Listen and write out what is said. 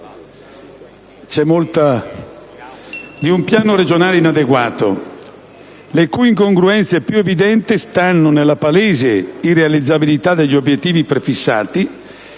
2010, di un Piano regionale inadeguato, le cui incongruenze più evidenti stanno nella palese irrealizzabilità degli obiettivi prefissati